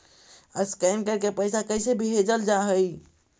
Scan करके पैसा कैसे भेजल जा हइ?